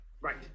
right